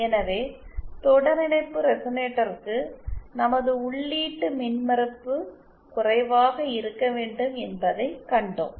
எனவே தொடரிணைப்பு ரெசெனேட்டர்க்கு நமது உள்ளீட்டு மின்மறுப்பு குறைவாக இருக்க வேண்டும் என்பதைக் கண்டோம்